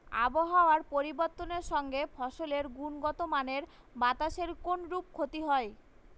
আবহাওয়ার পরিবর্তনের সঙ্গে ফসলের গুণগতমানের বাতাসের কোনরূপ ক্ষতি হয়?